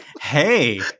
Hey